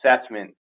assessment